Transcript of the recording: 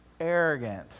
arrogant